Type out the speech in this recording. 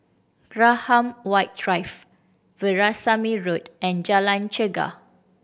Graham White Drive Veerasamy Road and Jalan Chegar